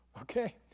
Okay